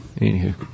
Anywho